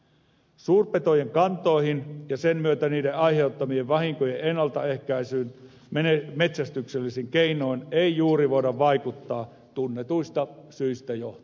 suurpetojen kantoihin ja sen myötä niiden aiheuttamien vahinkojen ennaltaehkäisyyn metsästyksellisin keinoin ei juuri voida vaikuttaa tunnetuista syistä johtuen